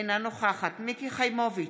אינה נוכחת מיקי חיימוביץ'